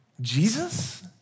Jesus